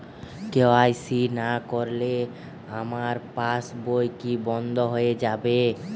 KYC না করলে আমার পাশ বই কি বন্ধ হয়ে যাবে?